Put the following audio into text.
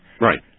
Right